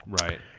Right